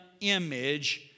image